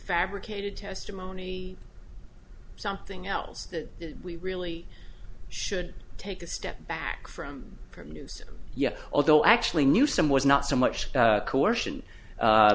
fabricated testimony something else that we really should take a step back from from news yet although i actually knew some was not so much coercion